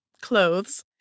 clothes